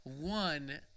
One